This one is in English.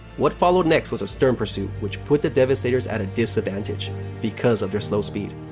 what followed next was a stern pursuit which put the devastators at a disadvantage because of their slow speed.